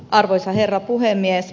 arvoisa herra puhemies